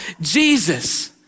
Jesus